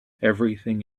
everything